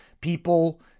People